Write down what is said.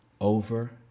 over